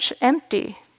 empty